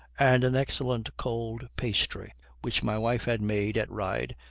and an excellent cold pasty which my wife had made at ryde,